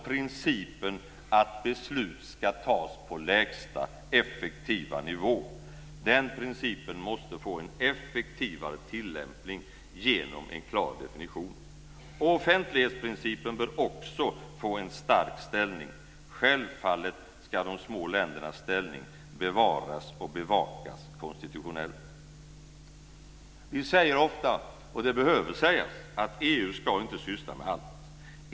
Principen att beslut ska fattas på lägsta effektiva nivå måste få en effektivare tillämpning genom en klar definition. Offentlighetsprincipen bör också få en stark ställning. Självfallet ska de små ländernas ställning bevaras och bevakas konstitutionellt. Vi säger ofta - och det behöver sägas - att EU inte ska syssla med allt.